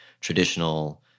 traditional